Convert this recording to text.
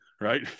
right